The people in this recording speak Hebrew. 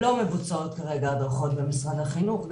לא מבוצעות כרגע הדרכות במשרד החינוך,